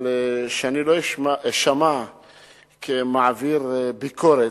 אבל כדי שאני לא אשמע כמעביר ביקורת,